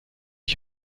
ich